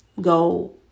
go